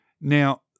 Now